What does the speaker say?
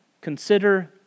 consider